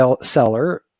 seller